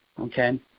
okay